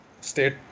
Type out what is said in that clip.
state